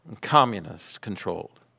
communist-controlled